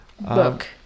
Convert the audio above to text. book